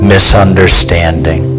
Misunderstanding